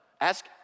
Ask